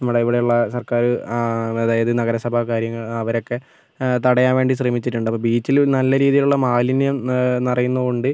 നമ്മുടെ ഇവിടെ ഉള്ള സർക്കാര് അതായത് നഗരസഭാ കാര്യങ്ങ അവരൊക്കെ തടയാൻവേണ്ടി ശ്രമിച്ചിട്ടുണ്ട് അപ്പോൾ ബീച്ചില് നല്ല രീതിയിലുള്ള മാലിന്യം നിറയുന്നുണ്ട്